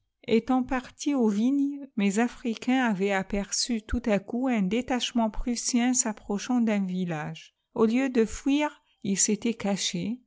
etant partis aux vignes mes africains avaient aperçu tout à coup un détachement prussien s'approchant d'un village au lieu de fuir ils s'étaient cachés